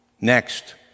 Next